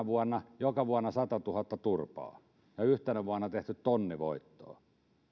vuonna joka vuonna sataantuhanteen turpaan ja yhtenä vuonna tehty tonni voittoa